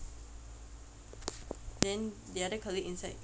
then the other colleague inside